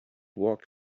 walk